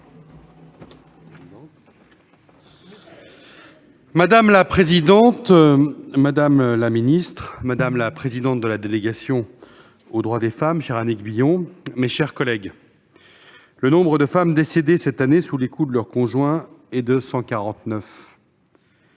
Madame la présidente, madame la secrétaire d'État, madame la présidente de la délégation aux droits des femmes, chère Annick Billon, mes chers collègues, le nombre de femmes décédées en 2019 sous les coups de leur conjoint est de 149.